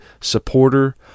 supporter